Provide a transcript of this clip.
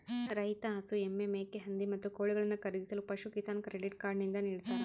ರೈತ ಹಸು, ಎಮ್ಮೆ, ಮೇಕೆ, ಹಂದಿ, ಮತ್ತು ಕೋಳಿಗಳನ್ನು ಖರೀದಿಸಲು ಪಶುಕಿಸಾನ್ ಕ್ರೆಡಿಟ್ ಕಾರ್ಡ್ ನಿಂದ ನಿಡ್ತಾರ